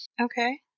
Okay